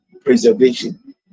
preservation